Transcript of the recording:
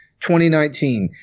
2019